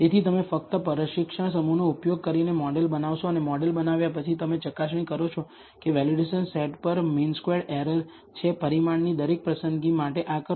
તેથી તમે ફક્ત પ્રશિક્ષણ સમૂહનો ઉપયોગ કરીને મોડેલ બનાવશો અને મોડેલ બનાવ્યા પછી તમે ચકાસણી કરો છો કે વેલિડેશન સેટ પર મીન સ્ક્વેર્ડ એરર છે પરિમાણની દરેક પસંદગી માટે આ કરો